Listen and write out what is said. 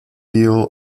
deal